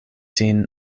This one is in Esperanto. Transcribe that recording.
sin